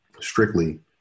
strictly